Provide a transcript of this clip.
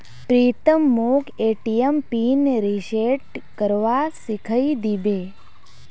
प्रीतम मोक ATM pin reset करवा सिखइ दी बे